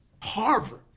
Harvard